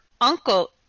uncle